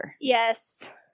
Yes